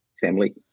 family